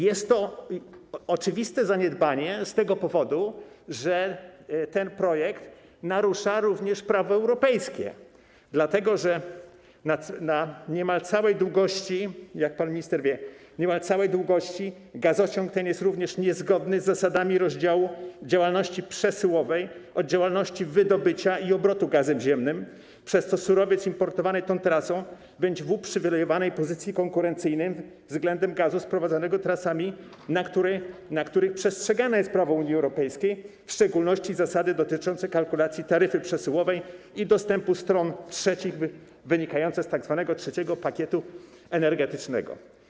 Jest to oczywiste zaniedbanie z tego powodu, że ten projekt narusza również prawo europejskie, dlatego że niemal na całej długości, jak pan minister wie, gazociąg ten jest również niezgodny z zasadami rozdziału działalności przesyłowej od działalności wydobywczej i obrotu gazem ziemnym, przez co surowiec importowany tą trasą będzie w uprzywilejowanej pozycji, konkurencyjnej względem gazu sprowadzanego trasami, na których przestrzegane jest prawo Unii Europejskiej, w szczególności zasady dotyczące kalkulacji taryfy przesyłowej i dostępu stron trzecich, wynikające z tzw. trzeciego pakietu energetycznego.